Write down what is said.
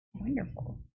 wonderful